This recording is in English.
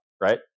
right